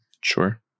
Sure